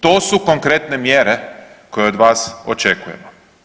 To su konkretne mjere koje od vas očekujemo.